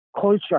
culture